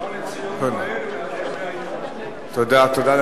ובא לציון גואל, תודה.